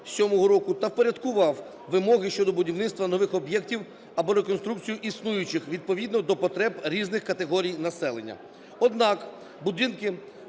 та впорядкував вимоги щодо будівництва нових об'єктів або реконструкцію існуючих відповідно до потреб різних категорій населення. Однак будинки,